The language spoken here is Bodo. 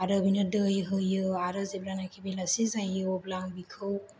आरो बेनो दै होयो आरो जेब्लानाखि बेलासि जायो अब्ला आं बिखौ